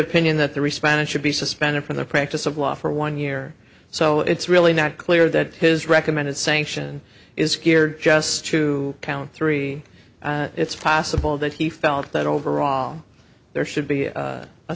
opinion that the respondent should be suspended from the practice of law for one year so it's really not clear that his recommended sanction is geared just to count three it's possible that he felt that overall there should be